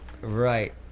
Right